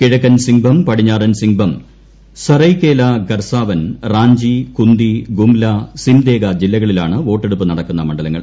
കിഴക്കൻ സിംഗ്ബം പടിഞ്ഞാറൻ സിംഗ്ബം സറയ്കേല ഖൂർസ്മവൻ റാഞ്ചി കുന്തി ഗുമ്ല സിംദേഗ ജില്ലകളിലാണ് വോട്ടെടുപ്പ് രൂടക്കുന്ന മണ്ഡലങ്ങൾ